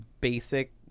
basic